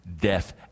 death